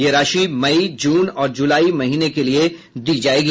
यह राशि मई जून और जुलाई महीने के लिए दी जायेगी